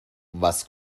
was